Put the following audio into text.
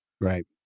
Right